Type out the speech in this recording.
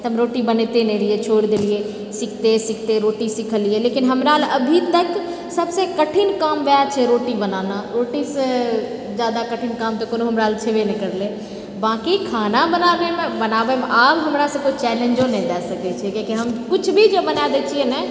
तऽ हम रोटी बनैवैते नहि रहिए छोड़ि देलिए सिखते सिखते रोटी सिखलिए लेकिन हमरा अभीतक सबसँ कठिन काम ओएह छै रोटी बनाना रोटीसे जादा कठिन काम तऽ कोनो हमरा ले छेबै नहि करले बाँकि खाना बनाबए बनाबएमे आब हमरासँ कोय चैलेन्जो नहि दए सकैत छै कीआकि हम किछु भी जे बना देछिए ने